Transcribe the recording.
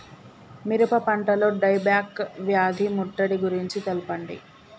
మిరప పంటలో dieback వ్యాధి ముట్టడి గురించి తెల్పండి?